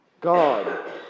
God